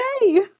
Yay